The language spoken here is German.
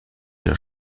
der